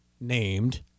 named